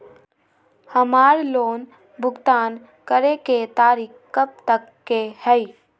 हमार लोन भुगतान करे के तारीख कब तक के हई?